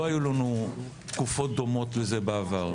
לא היו לנו תקופות דומות לזה בעבר.